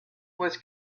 was